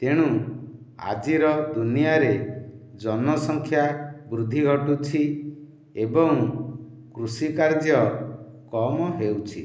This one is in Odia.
ତେଣୁ ଆଜିର ଦୁନିଆରେ ଜନସଂଖ୍ୟା ବୃଦ୍ଧି ଘଟୁଛି ଏବଂ କୃଷି କାର୍ଯ୍ୟ କମ ହେଉଛି